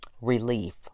relief